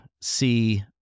see